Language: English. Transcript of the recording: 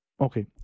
Okay